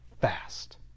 fast